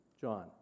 John